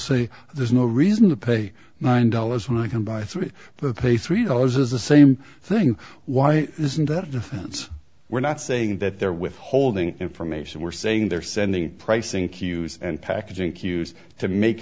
say there's no reason to pay nine dollars when i can buy three the pay three dollars is the same thing why isn't that we're not saying that they're withholding information we're saying they're sending pricing cues and packaging cues to make